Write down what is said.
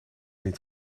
niet